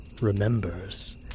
remembers